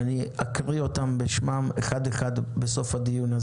ואני אקריא אותם בשמם אחד-אחד בסוף הדיון.